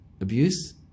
Abuse